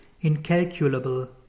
incalculable